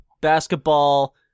basketball